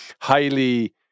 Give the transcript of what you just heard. highly